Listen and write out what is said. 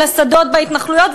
לשדות בהתנחלויות,